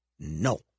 No